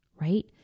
right